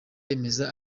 yemeza